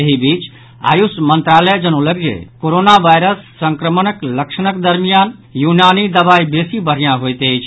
एहि बीच आयुष मंत्रालय जनौलक जे कोरोना वायरस संक्रमणक लक्षणक दरमियान यूनानी दवाई बेसी बढ़िया होयत अछि